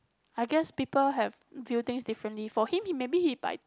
I guess people have view things differently for him he maybe he by